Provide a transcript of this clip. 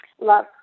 Love